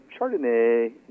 Chardonnay